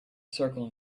circle